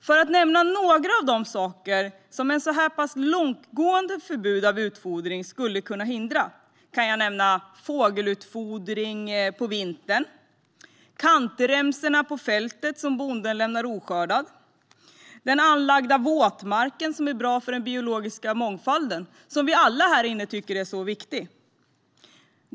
För att nämna några av de saker som ett så här pass långtgående förbud mot utfodring skulle kunna hindra kan jag nämna fågelutfodring på vintern, kantremsorna på fältet som bonden lämnar oskördade och den anlagda våtmarken som är bra för den biologiska mångfalden som vi alla tycker är viktig.